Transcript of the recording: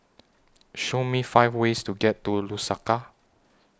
Show Me five ways to get to Lusaka